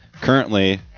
currently